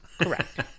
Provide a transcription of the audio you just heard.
Correct